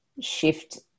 shift